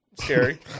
Scary